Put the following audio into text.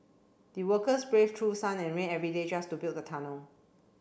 the workers braved through sun and rain every day just to build the tunnel